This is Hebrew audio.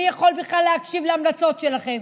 מי יכול להקשיב להמלצות שלכם?